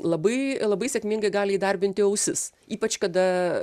labai labai sėkmingai gali įdarbinti ausis ypač kada